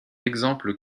exemples